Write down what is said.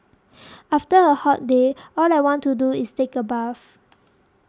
after a hot day all I want to do is take a bath